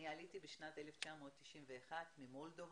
אני עליתי בשנת 1991 ממולדובה